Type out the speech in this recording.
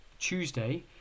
Tuesday